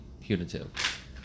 punitive